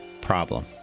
problem